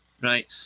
right